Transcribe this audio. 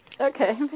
Okay